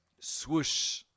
Swoosh